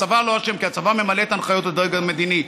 הצבא לא אשם, כי הצבא ממלא את הנחיות הדרג המדיני.